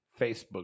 Facebook